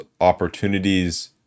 opportunities